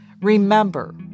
Remember